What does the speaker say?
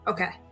Okay